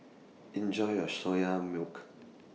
Enjoy your Soya Milk